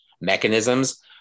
mechanisms